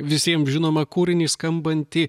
visiem žinomą kūrinį skambantį